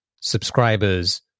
subscribers